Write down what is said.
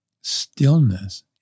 stillness